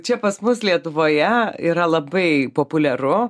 čia pas mus lietuvoje yra labai populiaru